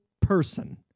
person